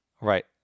Right